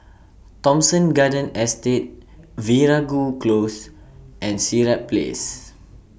Thomson Garden Estate Veeragoo Close and Sirat Place